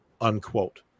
unquote